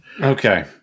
Okay